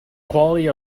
quality